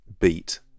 beat